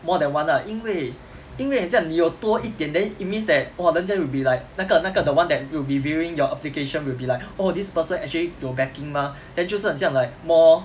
more than one lah 因为因为很像你有多一点 then it means that !wah! 人家 will be like 那个那个 the one that will be viewing your application will be like oh this person actually 有 backing mah then 就是很像 like more